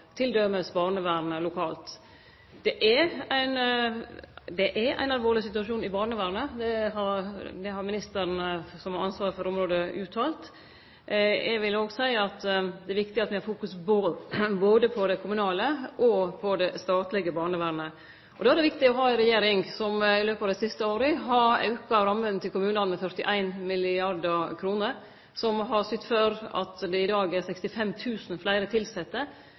barnevernet lokalt. Det er ein alvorleg situasjon i barnevernet, det har ministeren som har ansvaret for området, uttalt. Eg vil òg seie at det er viktig at me fokuserer både på det kommunale og på det statlege barnevernet. Og då er det viktig å ha ei regjering som i løpet av dei siste åra har auka rammene til kommunane med 41 mrd. kr, som har sytt for at det i dag er 65 000 fleire tilsette